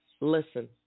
Listen